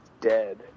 dead